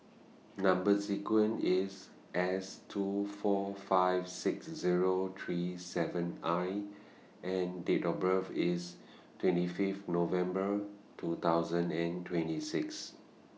Number sequence IS S two four five six Zero three seven I and Date of birth IS twenty Fifth November two thousand and twenty six